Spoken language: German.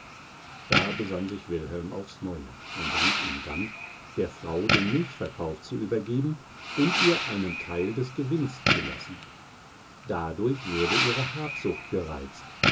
da besann sich wilhelm aufs neue und riet ihm dann der frau den milchverkauf zu übergeben und ihr einen teil des gewinns zu lassen dadurch würde ihre habsucht gereizt